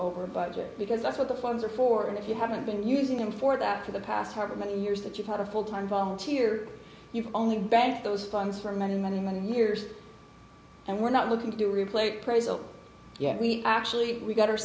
over budget because that's what the farms are for and if you haven't been using them for that for the past harbor many years that you've had a full time volunteer you've only banked those funds for many many many years and we're not looking to replace presell yet we actually got